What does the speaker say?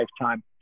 lifetime